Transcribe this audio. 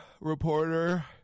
reporter